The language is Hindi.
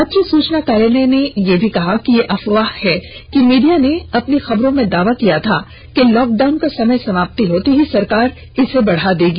पत्र सुचना कार्यालय ने यह भी कहा कि यह अफवाह है और मीडिया ने अपनी खबरों में दावा किया था कि लॉकडाउन का समय समाप्ति होते ही सरकार इसे बढा देगी